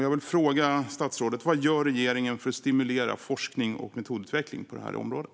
Jag vill fråga statsrådet: Vad gör regeringen för att stimulera forskning och metodutveckling på området?